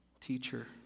teacher